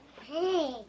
Hey